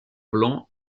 blanc